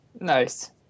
Nice